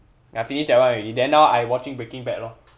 ya I finish that one already then now I watching breaking bad lor